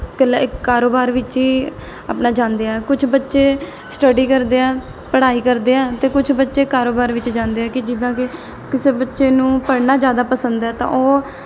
ਕੱਲਾ ਇੱ ਕਾਰੋਬਾਰ ਵਿੱਚ ਹੀ ਆਪਣਾ ਜਾਂਦੇ ਹੈ ਕੁਛ ਬੱਚੇ ਸਟੱਡੀ ਕਰਦੇ ਹੈ ਪੜ੍ਹਾਈ ਕਰਦੇ ਹੈ ਅਤੇ ਕੁਛ ਬੱਚੇ ਕਾਰੋਬਾਰ ਵਿੱਚ ਜਾਂਦੇ ਹੈ ਕਿ ਜਿੱਦਾਂ ਕਿ ਕਿਸੇ ਬੱਚੇ ਨੂੰ ਪੜ੍ਹਨਾ ਜ਼ਿਆਦਾ ਪਸੰਦ ਹੈ ਤਾਂ ਉਹ